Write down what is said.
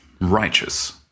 righteous